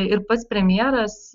ir pats premjeras